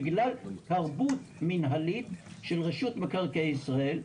בגלל תרבות מנהלית של רשות מקרקעי ישראל,